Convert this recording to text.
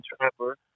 trapper